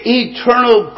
eternal